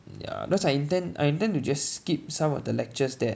ya cause I intend I intend to just skip some of the lectures that